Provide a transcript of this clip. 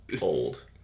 old